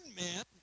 man